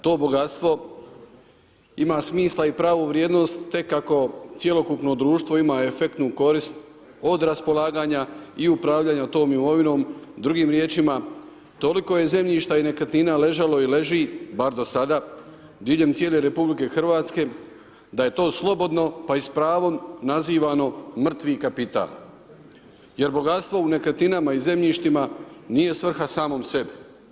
To bogatstvo ima smisla i pravu vrijednost tek ako cjelokupno društvo ima efektnu korist od raspolaganja i upravljanja tom imovinom, drugim riječima toliko je zemljišta i nekretnina ležalo i leži, bar do sada, diljem cijele RH da je to slobodno pa i s pravom nazivano mrtvi kapital, jer bogatstvo u nekretninama i zemljištima nije svrha samom sebi.